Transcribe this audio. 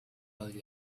well